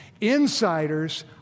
Insiders